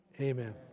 Amen